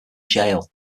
gaol